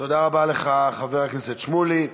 תודה רבה לך, חבר הכנסת שמולי.